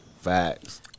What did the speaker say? Facts